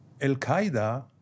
Al-Qaeda